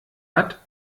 hat